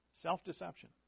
Self-deception